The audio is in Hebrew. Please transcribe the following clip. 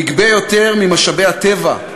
נגבה יותר ממשאבי הטבע,